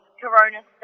corona